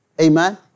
Amen